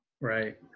Right